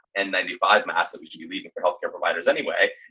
and ninety five maps that we should be reading for health care providers anyway.